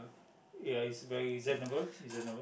ya is very reasonable reasonable